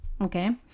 Okay